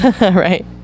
Right